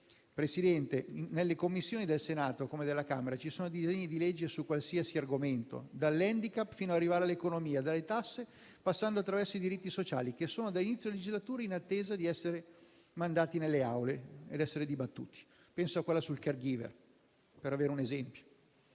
Presidente, nelle Commissioni del Senato, come in quelle della Camera, ci sono disegni di legge su qualsiasi argomento, dall'handicap fino ad arrivare all'economia, dalle tasse ai diritti sociali, che dall'inizio della legislatura sono in attesa di essere mandati nelle Aule ed essere dibattuti. Penso a quello sui *caregiver*, per avere un esempio.